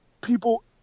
people